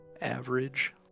Average